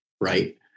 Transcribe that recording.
right